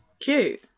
cute